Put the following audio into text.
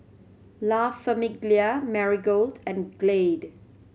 La Famiglia Marigold and Glade